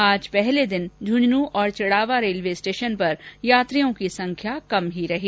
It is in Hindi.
आज पहले दिन झुंझुनूं और चिडावा रेलवे स्टेशन पर यात्रियों की संख्या कम ही रही